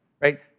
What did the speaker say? Right